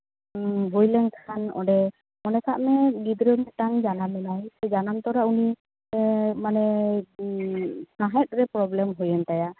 ᱦᱩᱭ ᱞᱮᱱᱠᱷᱟᱱ ᱚᱸᱰᱮ ᱢᱚᱱᱮ ᱠᱟᱜ ᱢᱮ ᱜᱤᱫᱽᱨᱟᱹ ᱢᱤᱫᱴᱟᱝ ᱡᱟᱱᱟᱢᱮᱱᱟᱭ ᱡᱟᱱᱟᱢ ᱛᱚᱨᱟ ᱩᱱᱤ ᱥᱟᱸᱦᱮᱫ ᱨᱮ ᱯᱨᱚᱵᱽᱞᱮᱢ ᱦᱩᱭᱮᱱ ᱛᱟᱭᱟ